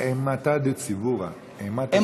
קוראים לזה "אימתא דציבורא" אימת הציבור.